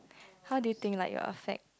how do you think like it will affect